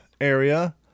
area